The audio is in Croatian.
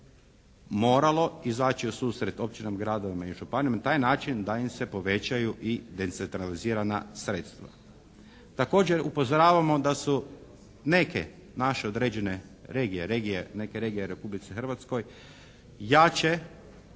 moralo izaći u susret općinama, gradovima i županijama na taj način da im se povećaju i decentralizirana sredstva. Također upozoravamo da su neke naše određene regije, neke regije u Republici Hrvatskoj jače